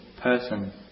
person